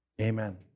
Amen